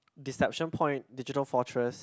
Deception Point Digital Fortress